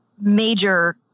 major